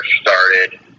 started